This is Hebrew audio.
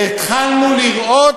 התחלנו לראות,